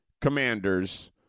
Commanders